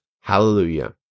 Hallelujah